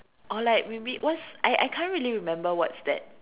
or like maybe what's I I can't really remember what's that